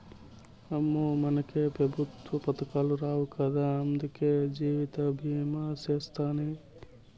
అమ్మో, మనకే పెఋత్వ పదకాలు రావు గదా, అందులకే జీవితభీమా సేస్తిని